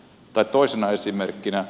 tai toisena esimerkkinä